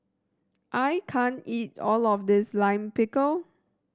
I can't eat all of this Lime Pickle